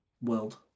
World